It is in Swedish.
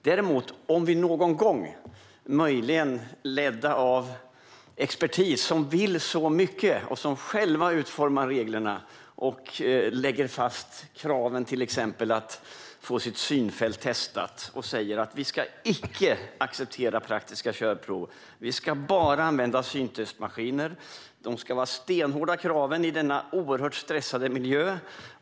Däremot blir det någon gång, som i det här fallet, så att vi möjligen blir ledda av experter som vill så mycket och som själva utformar reglerna och lägger fast kraven på att man till exempel ska få sitt synfält testat. Expertisen säger att vi icke ska acceptera praktiska körprov utan bara använda syntestmaskiner och att kraven ska vara stenhårda i denna oerhört stressande miljö.